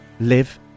live